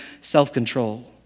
self-control